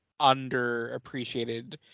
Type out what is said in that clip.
underappreciated